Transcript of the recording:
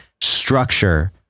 structure